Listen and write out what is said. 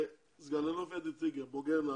סגן אלוף אדי טריגר, בוגר נעל"ה,